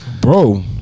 Bro